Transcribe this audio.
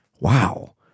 wow